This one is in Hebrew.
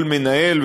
כל מנהל,